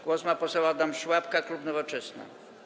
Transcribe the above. Głos ma poseł Adam Szłapka, klub Nowoczesna.